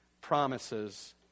promises